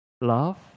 Love